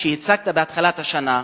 שהצגת בהתחלת השנה,